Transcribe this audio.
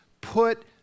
put